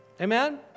Amen